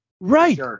right